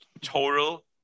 total